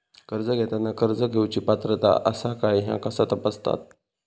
कर्ज घेताना कर्ज घेवची पात्रता आसा काय ह्या कसा तपासतात?